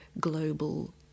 global